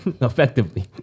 Effectively